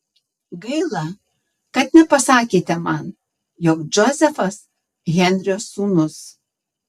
gaila kad nepasakėte man jog džozefas henrio sūnus